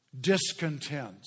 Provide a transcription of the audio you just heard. discontent